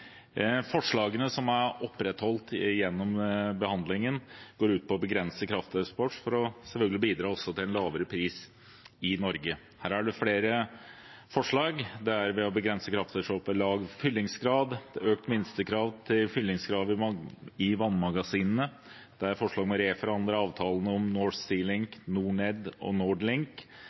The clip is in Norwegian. Forslagene, som har blitt opprettholdt gjennom behandlingen, går ut på å begrense krafteksport for selvfølgelig også å bidra til lavere pris i Norge. Det er flere mindretallsforslag i saken, bl.a. om å begrense krafteksport ved lav fyllingsgrad økt minstekrav til fyllingsgrad i vannmagasinene å reforhandle avtalene for kablene North Sea Link, NorNed og